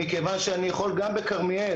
מכיוון שאני יכול גם בכרמיאל,